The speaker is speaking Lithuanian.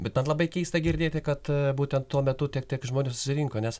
bet man labai keista girdėti kad būtent tuo metu tiek tiek žmonių susirinko nes